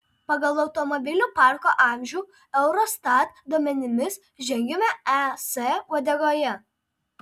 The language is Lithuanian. pagal automobilių parko amžių eurostat duomenimis žengiame es uodegoje